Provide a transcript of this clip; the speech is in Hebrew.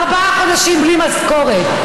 ארבעה חודשים בלי משכורת.